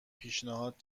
پیشنهاد